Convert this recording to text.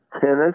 tennis